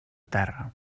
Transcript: terra